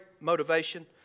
motivation